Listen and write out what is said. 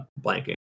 blanking